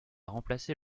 remplacer